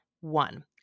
One